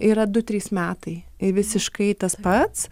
yra du trys metai visiškai tas pats